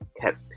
Kept